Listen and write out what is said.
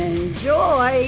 Enjoy